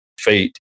fate